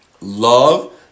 Love